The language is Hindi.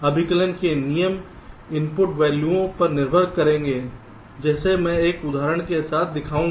अभिकलन के नियम इनपुट वैल्यूों पर निर्भर करेंगे जैसे मैं कुछ उदाहरणों के साथ दिखाऊंगा